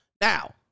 Now